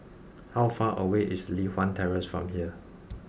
how far away is Li Hwan Terrace from here